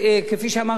כפי שאמרתי,